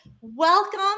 welcome